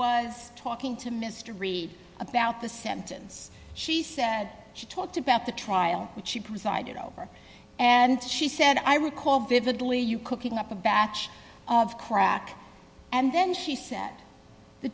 was talking to mr reed about the sentence she said she talked about the trial that she presided over and she said i recall vividly you cooking up a batch of crack and then she said the